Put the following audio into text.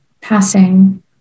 passing